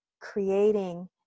creating